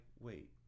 wait